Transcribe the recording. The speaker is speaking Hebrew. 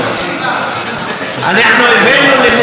אנחנו לא שונאים,